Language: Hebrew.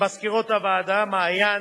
למזכירות הוועדה מעיין,